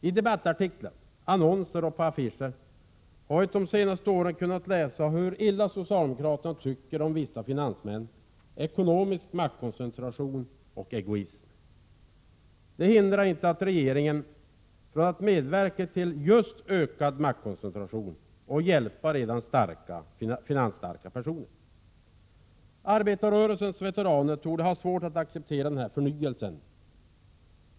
I debattartiklar, i annonser och på affischer har vi kunnat läsa hur illa socialdemokraterna tycker om vissa finansmän, ekonomisk maktkoncentration och egoism. Det hindrar dock inte regeringen att medverka till just ökad maktkoncentration och hjälpa redan finansstarka personer. Arbetarrörelsens veteraner torde ha svårt att acceptera den här ”förnyelsen”.